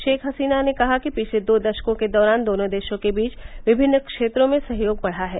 शेख हसीना ने कहा कि पिछले दो दशकों के दौरान दोनों देशों के बीच विभिन्न क्षेत्रों में सहयोग बढ़ा है